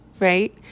right